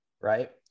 right